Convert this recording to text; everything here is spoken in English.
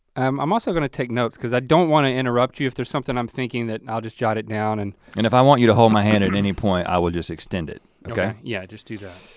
um i'm also gonna take notes cause i don't wanna interrupt you. if there's something i'm thinking, i'll just jot it down. and and if i want you to hold my hand at any point, i will just extend it, okay. yeah, just do that.